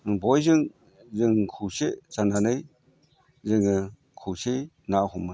बयजों जोङो खौसे जानानै जोङो खौसेयै ना हमो